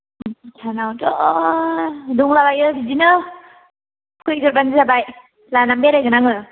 जाहानावथ' दंलाबायो बिदिनो फैग्रोब्लानो जाबाय लानानै बेरायगोन आङो